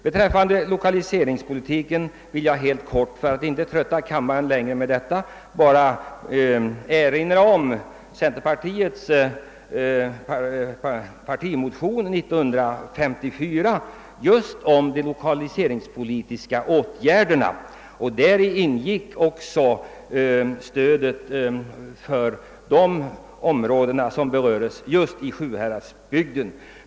Beträffande lokaliseringspolitiken vill jag bara helt kort, för att inte trötta kammaren längre i denna fråga, erinra om centerpartiets partimotion 1954 om de lokaliseringspolitiska åtgärderna, och däri ingick också stödet för de områden som berörts just i Sjuhäradsbygden.